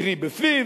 קרי בפיו,